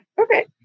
okay